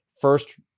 first